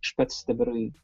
aš pats dabar